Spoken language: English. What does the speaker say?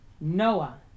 Noah